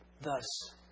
Thus